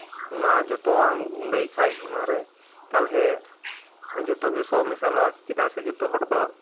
ᱚᱱᱟ ᱡᱚᱛᱚᱣᱟᱜ ᱮᱢ ᱜᱩᱰᱟᱹᱭ ᱠᱷᱟᱡ ᱚᱱᱟᱨᱮ ᱛᱟᱦᱚᱞᱮ ᱡᱚᱛᱚᱜᱮ ᱥᱚ ᱢᱮᱥᱟᱞᱚᱜᱼᱟ ᱪᱮᱫᱟᱜ ᱥᱮ ᱡᱚᱛᱚ ᱦᱚᱲᱫᱚ